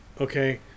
okay